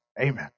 amen